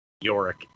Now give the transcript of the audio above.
Yorick